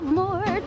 more